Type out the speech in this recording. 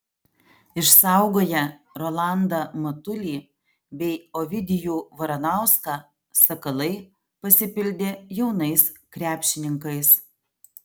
išsaugoję rolandą matulį bei ovidijų varanauską sakalai pasipildė jaunais krepšininkais